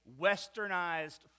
westernized